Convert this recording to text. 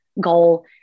goal